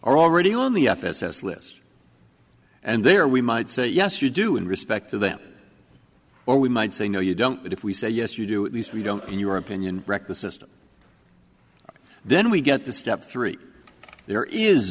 are already on the f s s list and there we might say yes you do in respect to them or we might say no you don't but if we say yes you do at least we don't in your opinion wreck the system then we get to step three